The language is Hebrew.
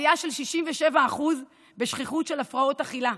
עלייה של 67% בשכיחות של הפרעות אכילה,